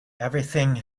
everything